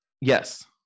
Yes